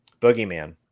Boogeyman